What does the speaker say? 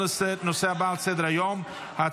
29 בעד, 54 נגד.